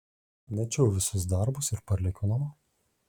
mečiau visus darbus ir parlėkiau namo